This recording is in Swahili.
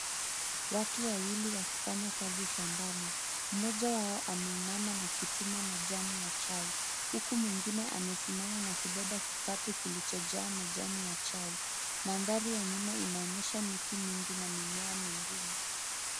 Watu wawili wakifanya kazi shambani, mmoja wao ameinama na kuchuna majani ya chai huku mwingine amesimama na kubeba kikapu kilichojaa majani ya chai. Mandhari ya nyuma inaonesha miti mingi na mimea mingine.